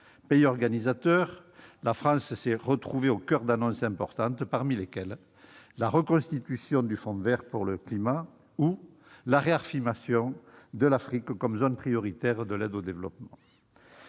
Pays organisateur, la France s'est retrouvée au coeur d'annonces importantes parmi lesquelles la reconstitution du Fonds vert pour le climat ou la réaffirmation de l'Afrique comme zone prioritaire de l'aide au développement.